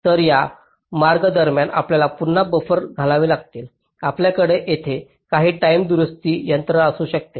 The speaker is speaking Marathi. तर या मार्ग दरम्यान आपल्याला पुन्हा बफर घालावे लागतील आपल्याकडे येथे काही टाईम दुरुस्ती यंत्रणा असू शकते